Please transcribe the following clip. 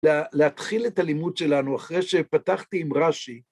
‫להתחיל את הלימוד שלנו ‫אחרי שפתחתי עם רשי.